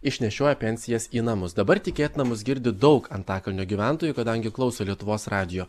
išnešioja pensijas į namus dabar tikėtina mus girdi daug antakalnio gyventojų kadangi klauso lietuvos radijo